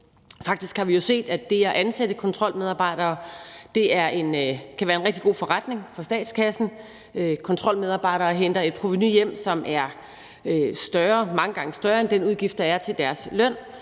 Faktisk har vi jo set, at det at ansætte kontrolmedarbejdere kan være en rigtig god forretning for statskassen. Kontrolmedarbejdere henter et provenu hjem, som er mange gange større end den udgift, der er til deres løn,